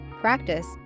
practice